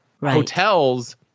Hotels